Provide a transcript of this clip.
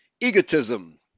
egotism